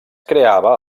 creava